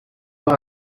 los